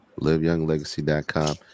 Liveyounglegacy.com